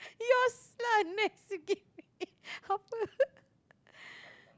your lah next you give me apa